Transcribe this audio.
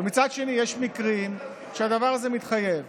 ומצד שני, יש מקרים שהדבר הזה מתחייב.